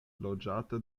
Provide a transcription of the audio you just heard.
loĝata